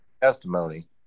testimony